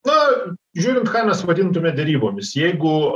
na žiūrint ką mes vadintume derybomis jeigu